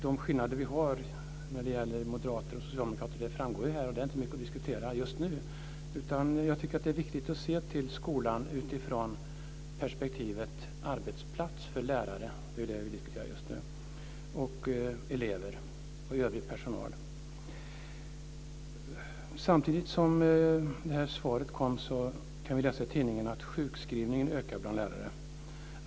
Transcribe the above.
De skillnader vi har mellan socialdemokrater och moderater framgår här. Det är inte mycket att diskutera just nu, utan jag tycker att det är viktigt att se till skolan utifrån perspektivet arbetsplats för lärare - det är det vi diskuterar just nu - och för elever och övrig personal. Samtidigt som svaret kom kan vi läsa i tidningarna att sjukskrivningarna ökar bland lärare.